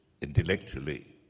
intellectually